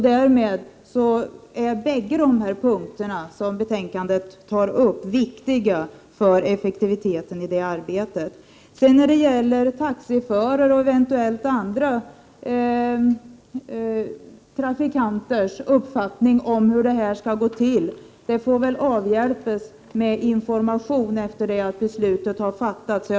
Därmed är bägge de punkter som tas upp i betänkandet viktiga för effektiviteten i det arbetet. Beträffande taxiförares och eventuellt också andra trafikanters uppfattning om hur det här skall gå till vill jag säga att man väl får avhjälpa den bristande insikten med information efter det att beslutet har fattats.